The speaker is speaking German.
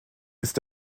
ist